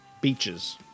Beaches